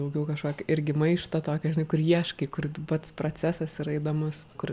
daugiau kažkokį irgi maištą tokio žinai kur ieškai kur pats procesas yra įdomus kur